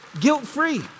Guilt-free